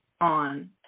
on